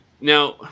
now